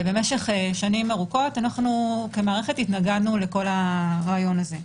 משך שנים ארוכות התנגדנו לרעיון הזה.